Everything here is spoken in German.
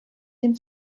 dem